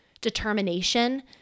determination